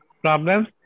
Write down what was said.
problems